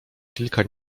kilka